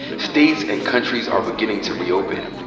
states and countries are beginning to reopen,